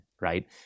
right